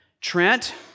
Trent